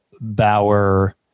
Bauer